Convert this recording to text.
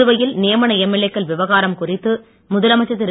புதுவையில் நியமன எம்எல்ஏக்கள் விவகாரம் குறித்து முதலமைச்சர் திரு